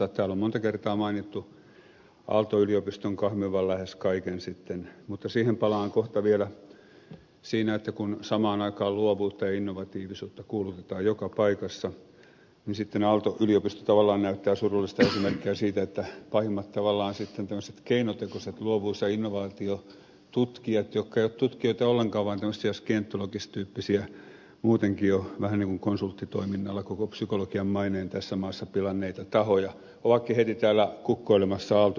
täällä on monta kertaa mainittu aalto yliopiston kahmivan lähes kaiken sitten mutta siihen palaan kohta vielä siinä että kun samaan aikaan luovuutta ja innovatiivisuutta kuulutetaan joka paikassa niin sitten aalto yliopisto tavallaan näyttää surullista esimerkkiä siitä että pahimmat tavallaan sitten tämmöiset keinotekoiset luovuus ja innovaatiotutkijat jotka eivät ole tutkijoita ollenkaan vaan tämmöisiä skientologistyyppisiä muutenkin jo vähän niin kuin konsulttitoiminnalla koko psykologian maineen tässä maassa pilanneita tahoja ovatkin heti täällä kukkoilemassa aalto yliopistossakin